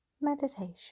Meditation